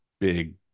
big